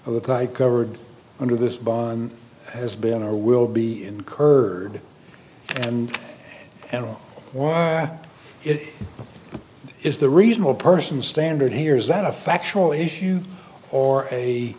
covered under this bond has been or will be incurred and and while it is the reasonable person standard here is that a factual issue or a